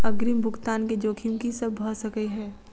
अग्रिम भुगतान केँ जोखिम की सब भऽ सकै हय?